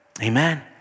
Amen